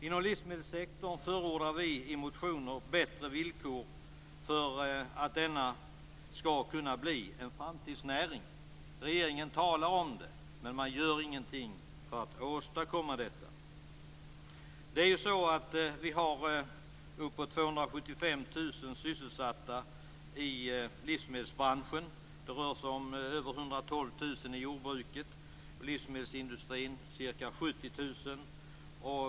Inom livsmedelssektorn förordar vi i motioner bättre villkor för att denna näring skall kunna bli en framtidsnäring. Regeringen talar om det, men den gör ingenting för att åstadkomma detta. Vi har närmare 275 000 sysselsatta i livsmedelsbranschen. Det rör sig om över 112 000 i jordbruket och ca 70 000 i livsmedelsindustrin.